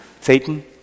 Satan